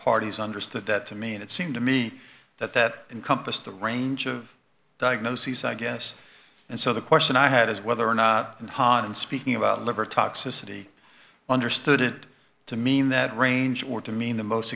parties understood that to mean it seemed to me that that encompassed a range of diagnoses i guess and so the question i had is whether or not in holland speaking about liver toxicity understood it to mean that range or to mean the most